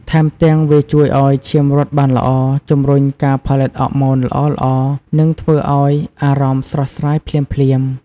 ថែមទាំង វាជួយឲ្យឈាមរត់បានល្អ ជំរុញការផលិតអរម៉ូនល្អៗ និងធ្វើឲ្យអារម្មណ៍ស្រស់ស្រាយភ្លាមៗ។